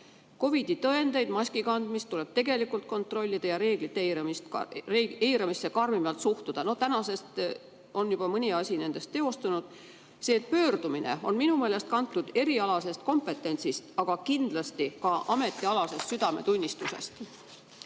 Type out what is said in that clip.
COVID-i tõendeid ja maski kandmist tuleb kontrollida ja reeglite eiramisse karmimalt suhtuda. Tänasest on juba mõni asi nendest teostunud. See pöördumine on minu meelest kantud erialasest kompetentsist, aga kindlasti ka ametialasest südametunnistusest.